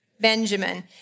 Benjamin